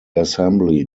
assembly